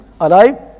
alive